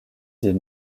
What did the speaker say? des